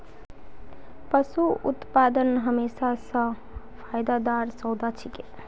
पशू उत्पादन हमेशा स फायदार सौदा छिके